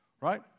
right